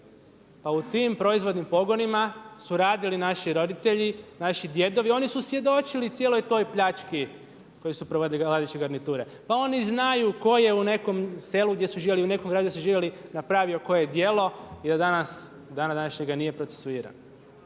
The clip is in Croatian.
Pa u tim proizvodnim pogonima su radili naši roditelji, naši djedovi. Oni su svjedočili cijeloj toj pljački koju su provodili Gavrilović i garniture. Pa oni znaju ko je u nekom selu gdje su živjeli, u nekom gradu gdje su živjeli napravio koje djelo i do dana današnjega nije procesuiran.